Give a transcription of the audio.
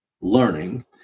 learning